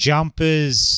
Jumpers